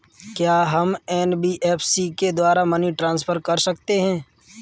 क्या हम एन.बी.एफ.सी के द्वारा मनी ट्रांसफर कर सकते हैं?